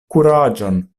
kuraĝon